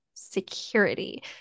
Security